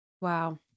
Wow